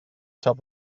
top